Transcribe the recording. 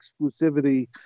exclusivity